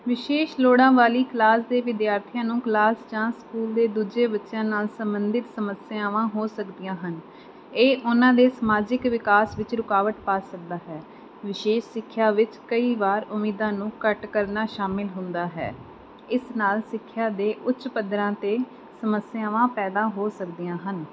ਵਿਸ਼ੇਸ਼ ਲੋੜਾਂ ਵਾਲੀ ਕਲਾਸ ਦੇ ਵਿਦਿਆਰਥੀਆਂ ਨੂੰ ਕਲਾਸ ਜਾਂ ਸਕੂਲ ਦੇ ਦੂਜੇ ਬੱਚਿਆਂ ਨਾਲ ਸੰਬੰਧਿਤ ਸਮੱਸਿਆਵਾਂ ਹੋ ਸਕਦੀਆਂ ਹਨ ਇਹ ਉਹਨਾਂ ਦੇ ਸਮਾਜਿਕ ਵਿਕਾਸ ਵਿੱਚ ਰੁਕਾਵਟ ਪਾ ਸਕਦਾ ਹੈ ਵਿਸ਼ੇਸ਼ ਸਿੱਖਿਆ ਵਿੱਚ ਕਈ ਵਾਰ ਉਮੀਦਾਂ ਨੂੰ ਘੱਟ ਕਰਨਾ ਸ਼ਾਮਿਲ ਹੁੰਦਾ ਹੈ ਇਸ ਨਾਲ ਸਿੱਖਿਆ ਦੇ ਉੱਚ ਪੱਧਰਾਂ 'ਤੇ ਸਮੱਸਿਆਵਾਂ ਪੈਦਾ ਹੋ ਸਕਦੀਆਂ ਹਨ